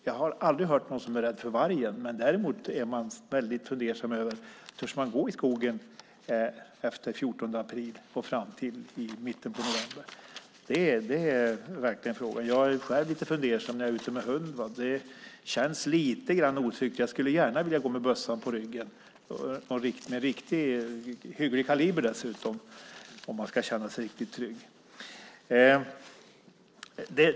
Jag har aldrig hört någon som är rädd för vargen, men däremot är man väldigt fundersam över om man törs gå i skogen efter den 14 april och fram till mitten av november. Jag är själv lite fundersam när jag är ute med hunden. Det känns lite otryggt. Jag skulle gärna gå med bössa på ryggen - en med hygglig kaliber dessutom - för att känna mig riktigt trygg.